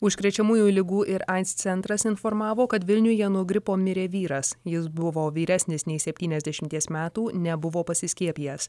užkrečiamųjų ligų ir aids centras informavo kad vilniuje nuo gripo mirė vyras jis buvo vyresnis nei septyniasdešimties metų nebuvo pasiskiepijęs